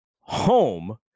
home